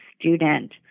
student